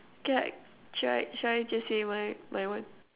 can I try should I just say my my one